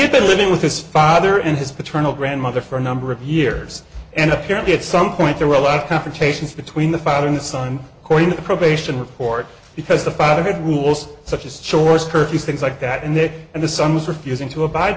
he's been living with his father and his paternal grandmother for a number of years and apparently at some point there were a lot of confrontations between the father and son according to the probation report because the father had rules such as chores curfews things like that and that and the son was refusing to abide